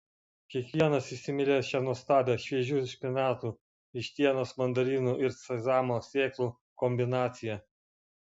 kiekvienas įsimylės šią nuostabią šviežių špinatų vištienos mandarinų ir sezamo sėklų kombinaciją